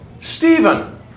Stephen